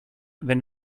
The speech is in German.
wenn